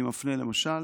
אני מפנה למשל,